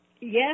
yes